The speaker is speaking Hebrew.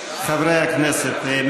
חברי הכנסת,